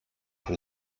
für